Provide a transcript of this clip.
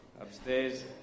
upstairs